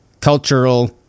cultural